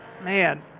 man